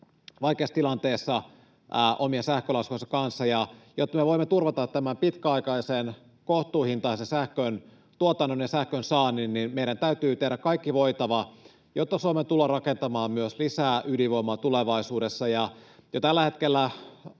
vaikeassa tilanteessa omien sähkölaskujensa kanssa, ja jotta me voimme turvata tämän pitkäaikaisen, kohtuuhintaisen sähköntuotannon ja sähkönsaannin, meidän täytyy tehdä kaikki voitava, jotta Suomeen tullaan rakentamaan myös lisää ydinvoimaa tulevaisuudessa. Jo tällä hetkellä